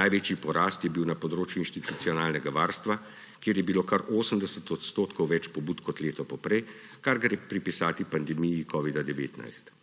Največji porast je bil na področju institucionalnega varstva, kjer je bilo kar 80 % več pobud kot leto poprej, kar gre prepisati pandemiji covida-19.